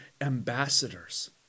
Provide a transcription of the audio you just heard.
ambassadors